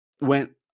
went